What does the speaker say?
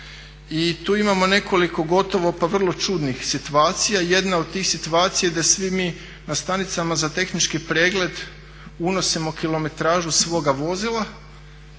i tu imamo nekoliko gotovo pa vrlo čudnih situacija. Jedna od tih situacija je da svi mi na stanicama za tehnički pregled unosimo kilometražu svoga vozila